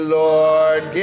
lord